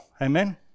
amen